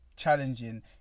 challenging